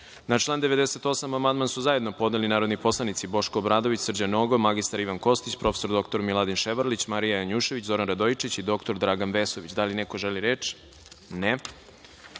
član 98. amandman su zajedno podneli narodni poslanici Boško Obradović, Srđan Nogo, mr Ivan Kostić, prof. dr Miladin Ševarlić, Marija Janjušević, Zoran Radojičić i dr Dragan Vesović. Da li neko želi reč?